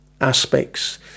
aspects